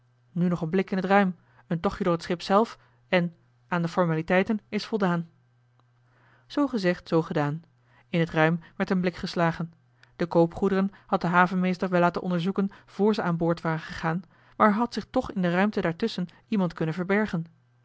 nu nog een blik in het ruim een tochtje door het schip zelf en aan de formaliteiten is voldaan zoo gezegd zoo gedaan in het ruim werd een blik geslagen de koopgoederen had de havenmeester wel laten onderzoeken vr ze aan boord waren gegaan maar er had zich toch in de ruimten daar tusschen iemand kunnen verbergen